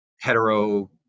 hetero